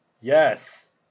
yes